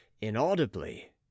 Inaudibly